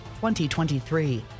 2023